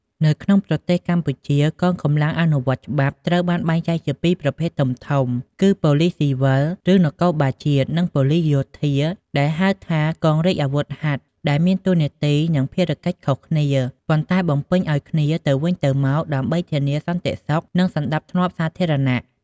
នៅប្រទេសកម្ពុជា កងកម្លាំងអនុវត្តច្បាប់ត្រូវបានបែងចែកជាពីរប្រភេទធំៗ គឺ ប៉ូលិសស៊ីវិល ឬ នគរបាលជាតិ និង ប៉ូលិសយោធា ដែលហៅថា កងរាជអាវុធហត្ថ ដែលមានតួនាទី និងភារកិច្ចខុសគ្នា ប៉ុន្តែបំពេញឲ្យគ្នាទៅវិញទៅមកដើម្បីធានាសន្តិសុខ និងសណ្ដាប់ធ្នាប់សាធារណៈ។